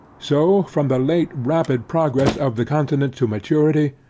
so from the late rapid progress of the continent to maturity,